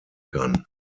kann